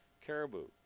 caribou